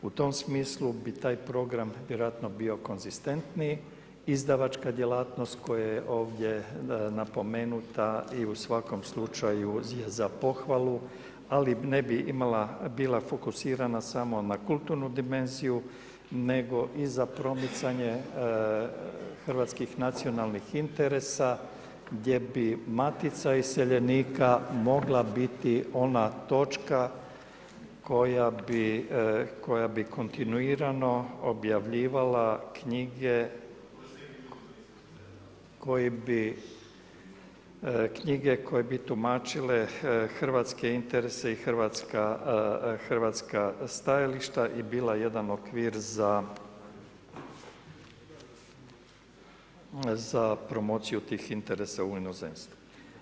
U tom smislu bi vjerojatno bio konzistentniji, izdavačka djelatnost koja je ovdje napomenuta i u svakom slučaju je za pohvalu ali ne bila fokusirana samo na kulturnu dimenziju nego i za promicanje hrvatskih nacionalnih interesa gdje bi Matica iseljenika mogla biti ona točka koja bi kontinuirano objavljivala knjige koje bi tumačile hrvatske interese i hrvatska stajališta i bila jedan okvir za promociju tih interesa u inozemstvu.